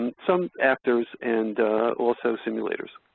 some actors and also simulators.